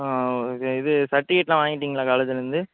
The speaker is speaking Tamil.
ஓகே இது சட்டிவிகேட்லாம் வாங்கிட்டிங்களா காலேஜில் இருந்து